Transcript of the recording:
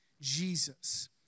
Jesus